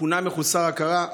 פונה מחוסר הכרה,